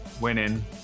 winning